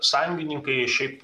sąjungininkai šiaip